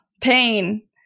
pain